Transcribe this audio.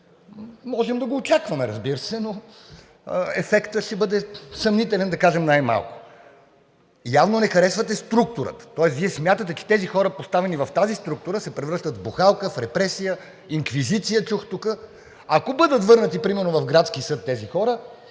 можем да го очакваме, разбира се, но ефектът ще бъде съмнителен, да кажем, най-малко. Явно не харесвате структурата, тоест Вие смятате, че тези хора, поставени в тази структура, се превръщат в бухалка, в репресия, инквизиция чух тук. Ако бъдат върнати, примерно в градски съд, тези хора